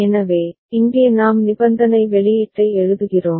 எனவே இங்கே நாம் நிபந்தனை வெளியீட்டை எழுதுகிறோம்